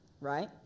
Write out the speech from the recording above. right